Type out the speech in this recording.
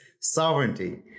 sovereignty